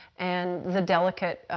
and the delicate,